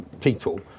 people